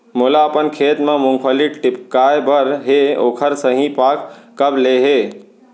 मोला अपन खेत म मूंगफली टिपकाय बर हे ओखर सही पाग कब ले हे?